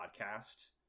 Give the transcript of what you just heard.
podcast